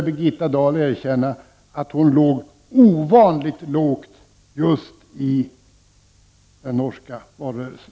Men Birgitta Dahl måste erkänna att hon låg ovanligt lågt under den